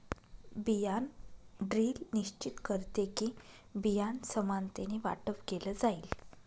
बियाण ड्रिल निश्चित करते कि, बियाणं समानतेने वाटप केलं जाईल